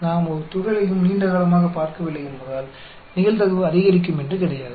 நாம் ஒரு துகளையும் நீண்ட காலமாகப் பார்க்கவில்லை என்பதால் நிகழ்தகவு அதிகரிக்கும் என்று கிடையாது